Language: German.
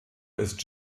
ist